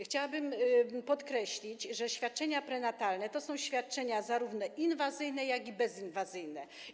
Chciałabym podkreślić, że świadczenia prenatalne to są świadczenia zarówno inwazyjne, jak i bezinwazyjne.